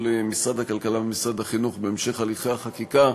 משרד הכלכלה ומשרד החינוך בהמשך הליכי החקיקה,